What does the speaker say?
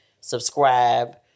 Subscribe